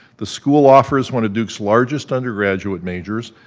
the school offers one of duke's largest undergraduate majors,